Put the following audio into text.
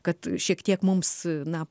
kad šiek tiek mums na